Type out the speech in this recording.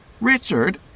Richard